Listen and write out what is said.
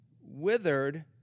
withered